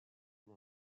dans